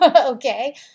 Okay